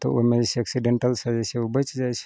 तऽ ओइमे जे छै एक्सीडेन्टसँ जे छै उ बचि जाइ छै